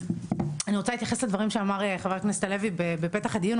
אני רוצה להתייחס לדברים שאמר חבר הכנסת הלוי בפתח הדיון,